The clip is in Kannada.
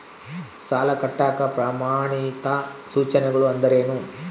ಸಾಲ ಕಟ್ಟಾಕ ಪ್ರಮಾಣಿತ ಸೂಚನೆಗಳು ಅಂದರೇನು?